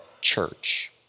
church